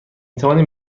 توانیم